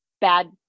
bad